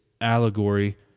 allegory